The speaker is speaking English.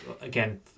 again